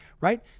right